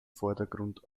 vordergrund